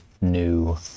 new